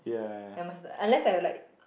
I must unless I like